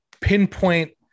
pinpoint –